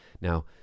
Now